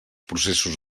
processos